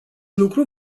lucru